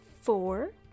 four